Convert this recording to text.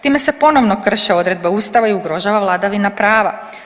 Time se ponovno krše odredbe ustava i ugrožava vladavina prava.